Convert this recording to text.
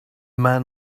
man